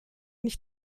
nicht